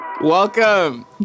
welcome